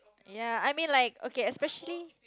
ya I mean like okay especially